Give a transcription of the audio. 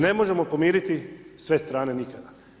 Ne možemo pomiriti sve strane nikada.